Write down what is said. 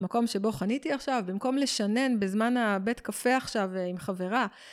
מקום שבו חניתי עכשיו במקום לשנן בזמן בית קפה עכשיו עם חברה.